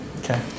Okay